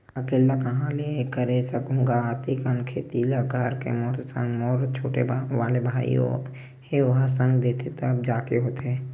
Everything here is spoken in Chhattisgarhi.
अकेल्ला काँहा ले करे सकहूं गा अते कन खेती ल घर के मोर संग मोर छोटे वाले भाई हे ओहा संग देथे तब जाके होथे